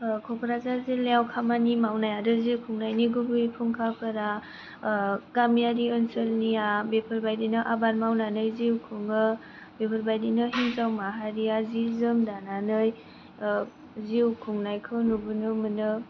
क'कराझार जिल्लायाव खामानि मावनाय आरो जिउ खुंनायनि गुबै फुंखाफोरा गामियारि ओनसोलनिआ बेफोर बायदिनो आबाद मावनानै जिउ खुङो बेफोरबायदिनो हिनजाव माहारिआ जि जोम दानानै जिउ खुंनायखौ नुबोनो मोनो